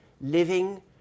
living